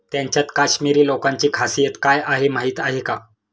त्यांच्यात काश्मिरी लोकांची खासियत काय आहे माहीत आहे का?